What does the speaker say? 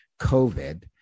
COVID